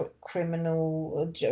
criminal